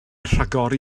rhagori